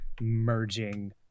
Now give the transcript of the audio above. merging